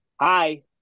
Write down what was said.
Hi